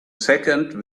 second